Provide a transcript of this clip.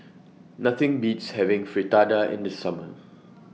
Nothing Beats having Fritada in The Summer